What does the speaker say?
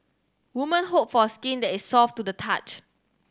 woman hope for skin that is soft to the touch